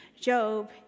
Job